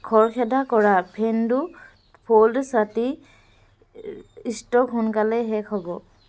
খৰখেদা কৰা ফেন্দো টু ফ'ল্ড ছাতি ষ্টক সোনকালেই শেষ হ'ব